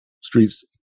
Streets